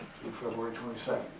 february twenty second.